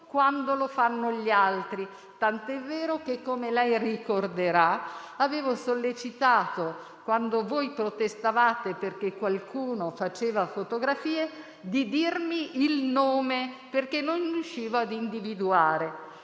quando lo fanno gli altri, tanto è vero che, come lei ricorderà, avevo sollecitato, quando voi protestavate perché qualcuno faceva fotografie, di dirmi il nome, perché non riuscivo ad individuarlo.